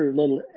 little